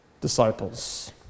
disciples